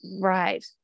right